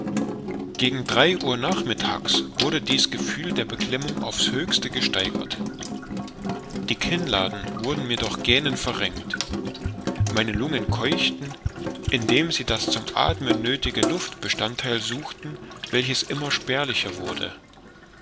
gegen drei uhr nachmittags wurde dies gefühl der beklemmung auf's höchste gesteigert die kinnladen wurden mir durch gähnen verrenkt meine lungen keuchten indem sie das zum athmen nöthige luftbestandtheil suchten welches immer spärlicher wurde